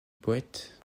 poète